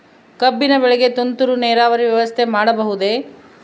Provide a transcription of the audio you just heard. ಕಬ್ಬಿನ ಬೆಳೆಗೆ ತುಂತುರು ನೇರಾವರಿ ವ್ಯವಸ್ಥೆ ಮಾಡಬಹುದೇ?